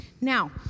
Now